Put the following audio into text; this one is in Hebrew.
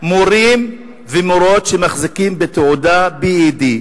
מורים ומורות שמחזיקים בתעודה B.Ed,